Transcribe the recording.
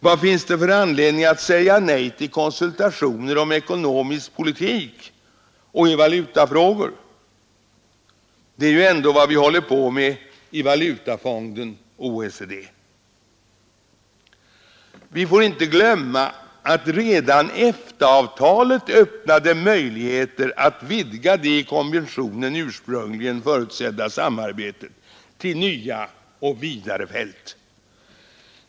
Vad finns det för anledning att säga nej till konsultationer om ekonomisk politik och i valutafrågor? Det är ju vad vi håller på med i Valutafonden och OECD. Vi får inte glömma att redan EFTA-avtalet öppnade möjligheter att vidga det i konventionen ursprungligen förutsedda samarbetet till nya och vidare fält.